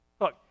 Look